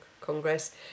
Congress